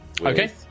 Okay